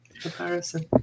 comparison